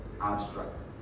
abstract